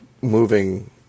moving